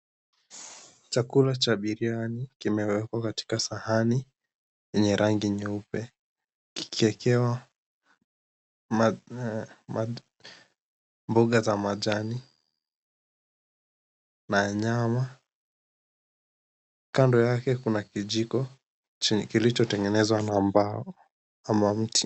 Chakula cha biriani kimewekwa katika sahani yenye rangi nyeupe kikiwekewa mboga za majani na nyama. Kando yake kuna kijiko chenye kilichotengenezwa na mbao ama mti.